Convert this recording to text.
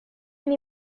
and